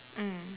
mm